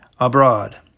abroad